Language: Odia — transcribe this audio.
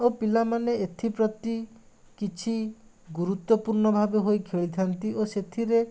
ଓ ପିଲାମାନେ ଏଥିପ୍ରତି କିଛି ଗୁରୁତ୍ୱପୂର୍ଣ୍ଣ ଭାବେ ହୋଇ ଖେଳିଥାନ୍ତି ଓ ସେଥିରେ